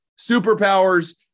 superpowers